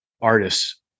artists